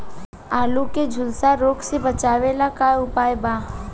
आलू के झुलसा रोग से बचाव ला का उपाय बा?